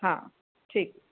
हा ठीकु